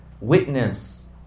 witness